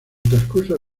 transcurso